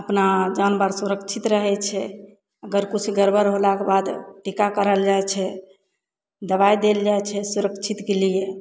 अपना जानवर सुरक्षित रहै छै अगर किछु गड़बड़ होलाके बाद टीका करल जाइ छै दवाइ देल जाइ छै सुरक्षितके लिए